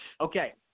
Okay